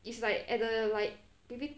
it's like at the like maybe